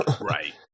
Right